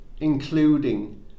including